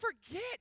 forget